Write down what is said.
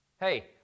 Hey